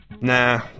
Nah